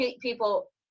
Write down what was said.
people